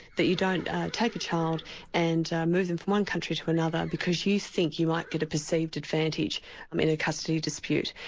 that you don't take a child and move them from one country to another because you think you might get a perceived advantage um in a custody dispute.